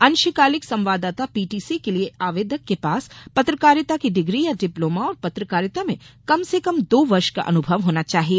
अंशकालिक संवाददाता पीटीसी के लिए आवेदक के पास पत्रकारिता की डिग्री या डिप्लोमा और पत्रकारिता में कम से कम दो वर्ष का अनुभव होना चाहिए